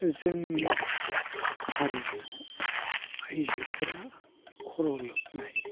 जोंनि हारिमुआव आइजोफोरा खर' लोबनाय